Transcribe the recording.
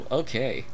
okay